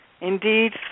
indeed